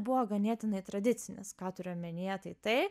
buvo ganėtinai tradicinis ką turiu omenyje tai tai